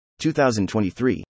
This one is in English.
2023